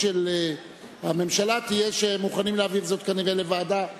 עברה בקריאה טרומית ותועבר לוועדת החינוך,